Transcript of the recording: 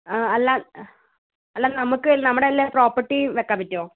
ആ അല്ല അല്ല നമുക്ക് നമ്മുടെ എല്ലാ പ്രോപ്പർട്ടിയും വെക്കാൻ പറ്റുമോ